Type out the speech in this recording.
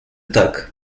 tak